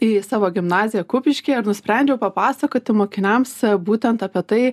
į savo gimnaziją kupiškyje ir nusprendžiau papasakoti mokiniams būtent apie tai